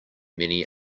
many